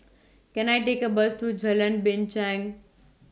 Can I Take A Bus to Jalan Binchang